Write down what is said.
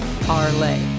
parlay